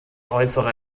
äußere